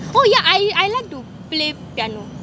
oh yeah I I like to play piano